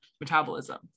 metabolism